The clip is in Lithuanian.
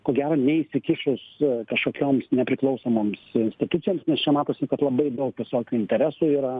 ko gero neįsikišus kažkokioms nepriklausomoms institucijoms nes čia matosi kad labai daug visokių interesų yra